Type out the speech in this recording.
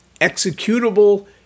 executable